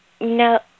no